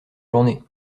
journée